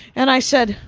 and i said,